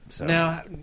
Now